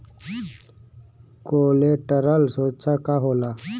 Collateral सुरक्षा का होला?